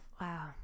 wow